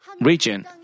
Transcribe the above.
region